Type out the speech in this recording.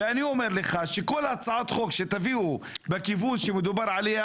כל הצעת חוק שתביאו בכיוון שמדובר עליה